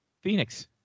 Phoenix